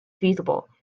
feasible